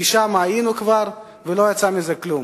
כי שם היינו כבר ולא יצא מזה כלום.